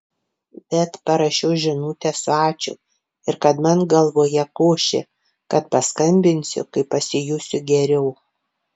bet parašiau žinutę su ačiū ir kad man galvoje košė kad paskambinsiu kai pasijusiu geriau